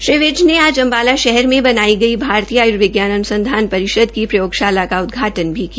श्री विज ने आज अम्बाला शहर में बनाई गई भारतीय आयर्विज्ञान अनुसंधान परिषद की प्रयोगशाला का उदघाटन भी किया